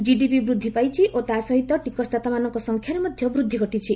GDP ବୃଦ୍ଧି ପାଇଛି ଓ ତାହା ସହିତ ଟିକସଦାତାମାନଙ୍କ ସଂଖ୍ୟାରେ ମଧ୍ୟ ବୃଦ୍ଧି ଘଟିଛି